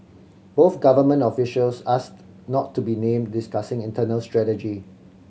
both government officials asked not to be named discussing internal strategy